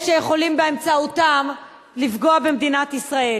שיכולים באמצעותם לפגוע במדינת ישראל.